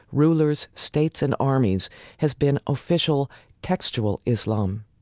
rulers, states, and armies has been official textual islam,